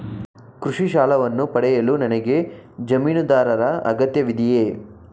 ಕೃಷಿ ಸಾಲವನ್ನು ಪಡೆಯಲು ನನಗೆ ಜಮೀನುದಾರರ ಅಗತ್ಯವಿದೆಯೇ?